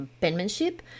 penmanship